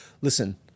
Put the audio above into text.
Listen